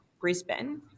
Brisbane